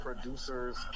producers